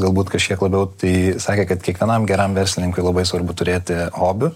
galbūt kažkiek labiau tai sakė kad kiekvienam geram verslininkui labai svarbu turėti hobių